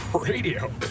Radio